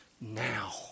now